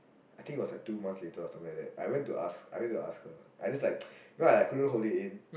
I think it was like two months later or something like that I went to ask I went to ask her I just like cause I like couldn't hold it in